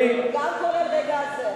גם כולל לרגע הזה.